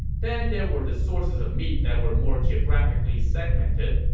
then there were the sources of meat that were more geographically segmented.